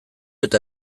eta